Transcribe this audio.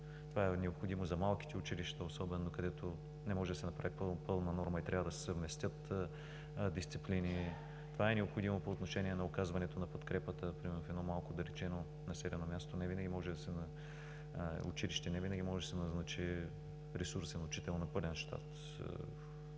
Това е необходимо за малките училища, особено където не може да се направи пълна норма и трябва да се съвместят дисциплини, това е необходимо по отношение на оказването на подкрепата. Примерно в училище в едно малко отдалечено населено място невинаги може да се назначи ресурсен учител на пълен щат.